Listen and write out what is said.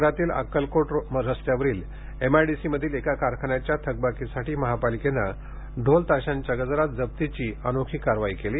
शहरातील अक्कलकोट रोडवरील एमआयडीसीतील एका कारखान्याच्या थकबाकीसाठी महापालिकेने ढोल ताशाच्या गजरात जप्तीची अनोखी कारवाई केली